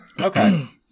Okay